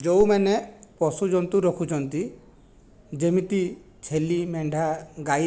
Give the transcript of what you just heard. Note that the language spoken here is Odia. ଯେଉଁମାନେ ପଶୁ ଜନ୍ତୁ ରଖୁଛନ୍ତି ଯେମିତି ଛେଲି ମେଣ୍ଢା ଗାଈ ଦାମୁରି